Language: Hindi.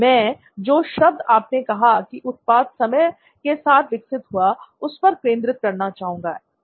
मैं जो शब्द आपने कहा कि उत्पाद समय के साथ विकसित हुआ उस पर केंद्रित करना चाहूंगा